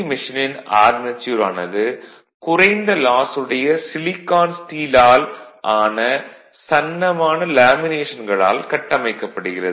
மெஷினின் ஆர்மெச்சூர் ஆனது குறைந்த லாஸ் உடைய சிலிக்கான் ஸ்டீல் ஆல் ஆன சன்னமான லேமினேஷன்களால் கட்டமைக்கப்படுகிறது